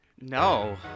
No